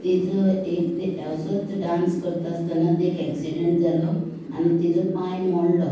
तिजो एक दीस असोच डांस करतना तिका एक्सिडेंट जालो आनी तिचो पांय मोडलो